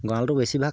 গঁৰালটো বেছিভাগ